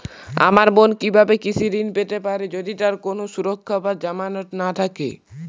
আমার বোন কীভাবে কৃষি ঋণ পেতে পারে যদি তার কোনো সুরক্ষা বা জামানত না থাকে?